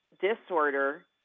disorder